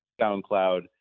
SoundCloud